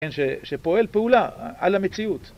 כן, שפועל פעולה על המציאות.